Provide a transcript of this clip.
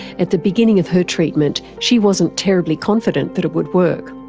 at the beginning of her treatment she wasn't terribly confident that it would work.